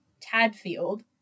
tadfield